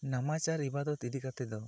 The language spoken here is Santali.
ᱱᱟᱢᱟᱡᱽ ᱟᱨ ᱤᱵᱟᱫᱚᱛ ᱤᱫᱤ ᱠᱟᱛᱮ ᱫᱚ